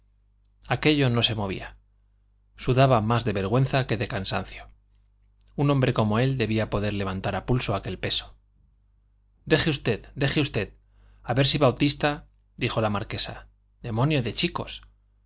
aquello no se movía sudaba más de vergüenza que de cansancio un hombre como él debía poder levantar a pulso aquel peso deje usted deje usted a ver si bautista dijo la marquesa demonio de chicos